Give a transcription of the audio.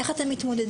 איך אתם מתמודדים?